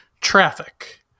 traffic